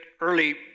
early